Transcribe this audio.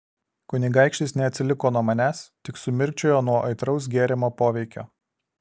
kunigaikštis neatsiliko nuo manęs tik sumirkčiojo nuo aitraus gėrimo poveikio